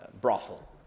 brothel